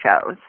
shows